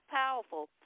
powerful